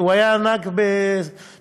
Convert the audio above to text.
הוא היה ענק בזכותו,